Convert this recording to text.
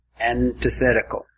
Antithetical